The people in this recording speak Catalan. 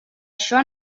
això